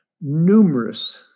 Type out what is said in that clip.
numerous